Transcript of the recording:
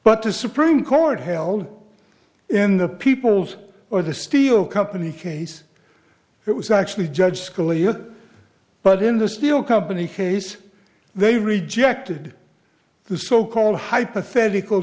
but the supreme court held in the people's or the steel company case it was actually judge scalia but in the steel company case they rejected the so called hypothetical